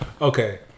Okay